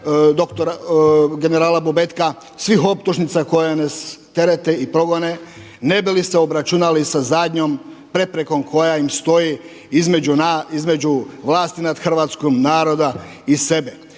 Tuđmana, generala Bobetka, svih optužnica koje nas terete i progone ne bi li se obračunali sa zadnjom preprekom koja im stoji između vlasti nad hrvatskog naroda i sebe.